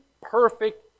perfect